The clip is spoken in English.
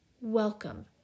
Welcome